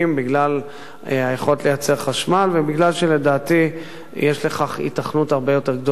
בגלל היכולת לייצר חשמל ובגלל שלדעתי יש לכך היתכנות הרבה יותר גדולה.